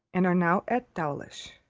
and are now at dawlish.